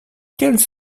quels